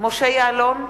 משה יעלון,